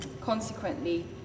consequently